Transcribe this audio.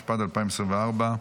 התשפ"ד 2024,